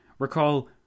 Recall